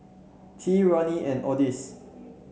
Tea Ronnie and Odis